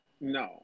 No